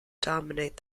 dominate